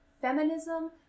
feminism